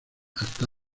hasta